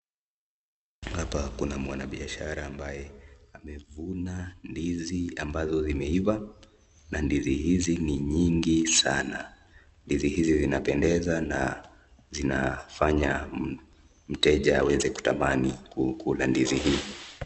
Hapa kuna mwanabiashara ambaye amevuna ndizi ambazo zimeiva na ndizi hizi ni nyingi sana. Ndizi hizi zinapendeza na zinafanya mteja aweze kutamani kukula ndizi hii.